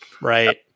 Right